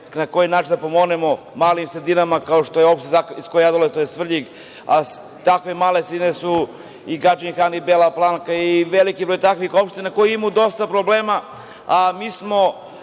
na koji način da pomognemo malim sredinama, kao što je opština iz koje ja dolazim a to je Svrljig, a takve male sredine su i Gadžin Han i Bela Palanka i veliki broj takvih opština koje imaju dosta problema,